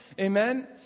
Amen